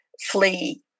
flee